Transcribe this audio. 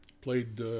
Played